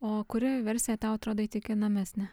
o kuri versija tau atrodo įtikinamesnė